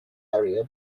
area